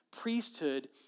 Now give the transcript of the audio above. priesthood